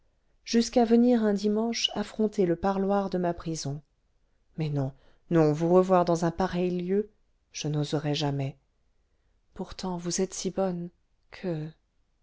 jusqu'à venir un dimanche affronter le parloir de ma prison mais non non vous revoir dans un pareil lieu je n'oserais jamais pourtant vous êtes si bonne que